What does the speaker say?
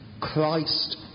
Christ